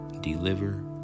deliver